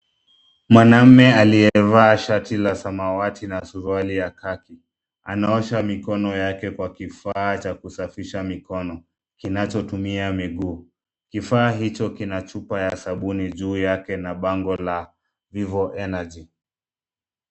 Mwanaume aliyevaa shati la samawati na suruali ya kaki, anaosha mikono yake kwa kifaa cha kusafisha mikono, kinachotumia miguu. Kifaa hicho kina chupa ya sabuni juu yake, na bango la Vivo Energy.